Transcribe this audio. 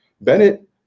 Bennett